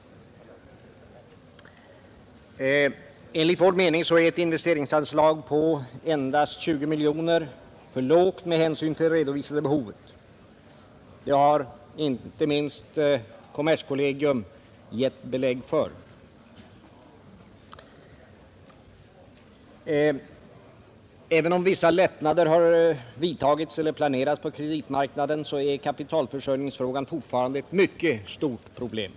Enligt vår mening är ett investeringsanslag på 20 miljoner kronor för lågt med hänsyn till det redovisade behovet. Det har inte minst kommerskollegium gett belägg för. Även om vissa lättnader har vidtagits eller planerats på kreditmarknaden är kapitalförsörjningen fortfarande ett mycket stort problem.